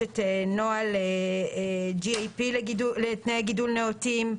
יש נוהל לתנאי גידול נאותים,